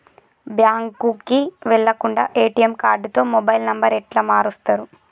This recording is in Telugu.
బ్యాంకుకి వెళ్లకుండా ఎ.టి.ఎమ్ కార్డుతో మొబైల్ నంబర్ ఎట్ల మారుస్తరు?